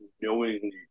knowingly